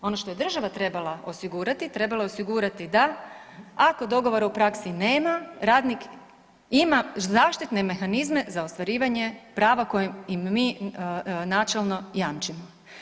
Ono što je država trebala osigurati, trebala je osigurati da, ako dogovora u praksi nema, radnik ima zaštitne mehanizme za ostvarivanje prava koji im mi načelno jamčimo.